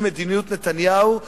לפי מדיניות נתניהו,